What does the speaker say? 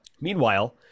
Meanwhile